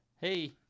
hey